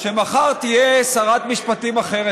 שמחר תהיה שרת משפטים אחרת,